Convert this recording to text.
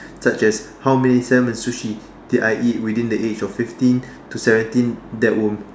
such as how many Salmon Sushi did I eat within the age of fifteen to seventeen that will